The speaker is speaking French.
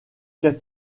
qu’as